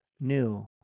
new